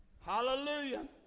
Hallelujah